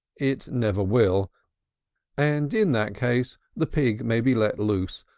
it never will and in that case the pig may be let loose,